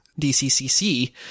DCCC